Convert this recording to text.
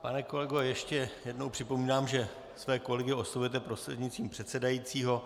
Pane kolego, ještě jednou připomínám, že své kolegy oslovujete prostřednictvím předsedajícího.